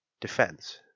defense